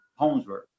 Holmesburg